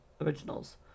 originals